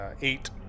eight